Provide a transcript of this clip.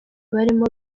barimo